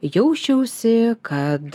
jausčiausi kad